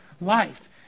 life